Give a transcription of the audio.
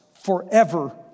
forever